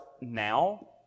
now